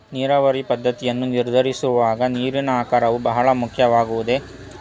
ನೀರಾವರಿ ಪದ್ದತಿಯನ್ನು ನಿರ್ಧರಿಸುವಾಗ ನೀರಿನ ಆಕಾರವು ಬಹಳ ಮುಖ್ಯವಾಗುವುದೇ?